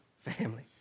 family